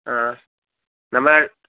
ആ നമ്മൾ